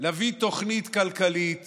להביא תוכנית כלכלית